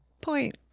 point